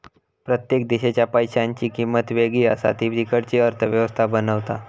प्रत्येक देशाच्या पैशांची किंमत वेगळी असा ती तिकडची अर्थ व्यवस्था बनवता